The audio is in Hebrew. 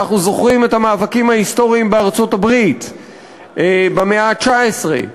אנחנו זוכרים את המאבקים ההיסטוריים בארצות-הברית במאה ה-19,